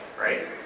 right